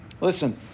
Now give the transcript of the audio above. Listen